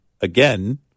again